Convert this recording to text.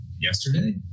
yesterday